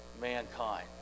mankind